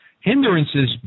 Hindrances